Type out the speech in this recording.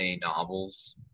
novels